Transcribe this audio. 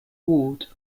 ward